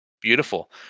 Beautiful